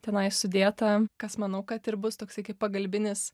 tenai sudėta kas manau kad ir bus toksai kaip pagalbinis